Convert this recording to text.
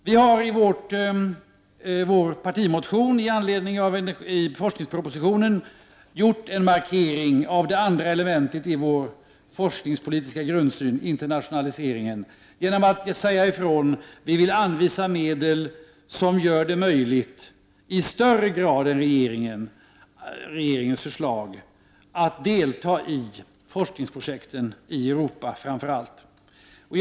Vi har i vår partimotion i anledning av forskningspropositionen gjort en markering av det andra elementet i vår forskningspolitiska grundsyn, internationaliseringen, genom att säga att vi vill anvisa medel som gör det möjligt att, i högre grad än vad som blir följden av regeringens förslag, delta i forskningsprojekten i framför allt Europa.